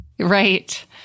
Right